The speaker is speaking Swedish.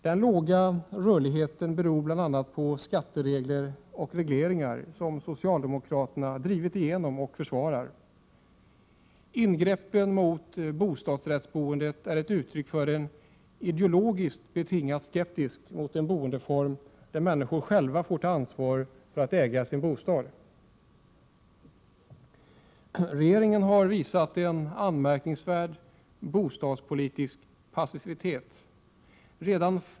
Den låga rörligheten beror bl.a. på skatteregler och regleringar som socialdemokraterna drivit igenom och försvarar. Ingreppen mot bostadsrättsboendet är ett uttryck för en ideologiskt betingad skepsis mot en boendeform där människor själva får ta ansvar och äga sin bostad. Regeringen har visat en anmärkningsvärd bostadspolitisk passivitet.